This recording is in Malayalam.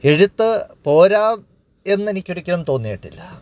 എഴുത്തു പോരാ എന്നെനിക്കൊരിക്കലും തോന്നിയിട്ടില്ല